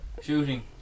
shooting